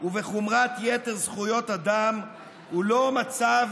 ובחומרת יתר זכויות אדם הוא לא מצב